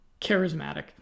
charismatic